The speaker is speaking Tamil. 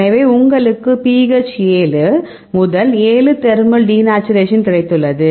எனவே உங்களுக்கு pH 7 முதல் 7 தேர்மல் டிநேச்சுரேஷன் கிடைத்துள்ளது